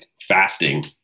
fasting